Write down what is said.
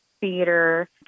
theater